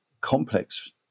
complex